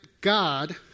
God